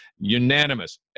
unanimous